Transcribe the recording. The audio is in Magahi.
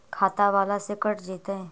खाता बाला से कट जयतैय?